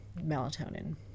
melatonin